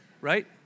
right